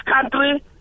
country